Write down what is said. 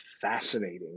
fascinating